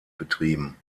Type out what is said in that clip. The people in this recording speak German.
betrieben